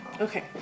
Okay